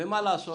ומה לעשות